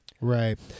Right